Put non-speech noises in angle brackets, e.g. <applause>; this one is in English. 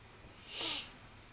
<breath>